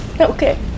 okay